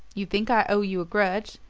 you think i owe you a grudge,